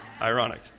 ironic